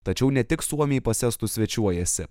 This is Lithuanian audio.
tačiau ne tik suomiai pas estus svečiuojasi